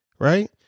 Right